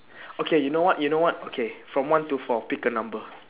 okay you know what you know what okay from one to four pick a number